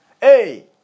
Hey